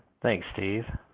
thanks steve.